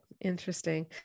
Interesting